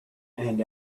and